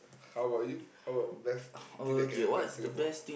how about you how about best thing that can happen in Singapore